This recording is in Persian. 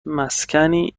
مسکنی